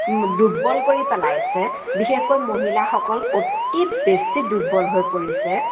দুৰ্বল কৰি পেলাইছে বিশেষকৈ মহিলাসকল অতি বেছি দুৰ্বল হৈ পৰিছে